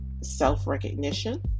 self-recognition